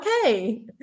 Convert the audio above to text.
okay